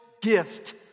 gift